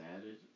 added